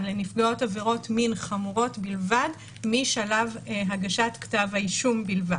לנפגעות עבירות מין חמורות בלבד משלב הגשת כתב האישום בלבד.